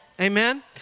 amen